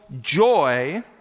joy